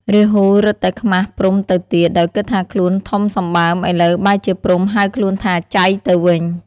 រាហូរឹតតែខ្មាសព្រហ្មទៅទៀត ដោយគិតថាខ្លួនធំសម្បើម ឥឡូវបែរជាព្រហ្មហៅខ្លួនថា "ចៃ" ទៅវិញ។